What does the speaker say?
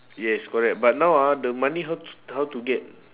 yes correct but now ah the money how t~ how to get